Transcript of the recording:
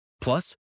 Plus